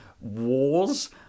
Wars